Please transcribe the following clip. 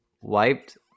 Wiped